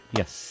yes